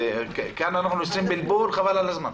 כאן אנחנו עושים בלבול חבל על הזמן.